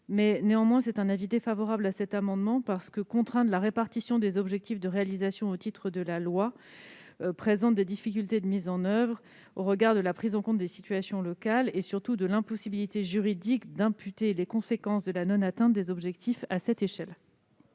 J'émets donc un avis défavorable sur cet amendement, car contraindre la répartition des objectifs de réalisation au titre du présent projet de loi présenterait des difficultés de mise en oeuvre au regard de la prise en compte des situations locales et, surtout, de l'impossibilité juridique d'imputer les conséquences de la non-atteinte des objectifs à cette échelle.